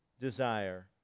desire